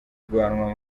guhanwa